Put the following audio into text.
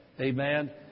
Amen